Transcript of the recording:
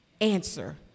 answer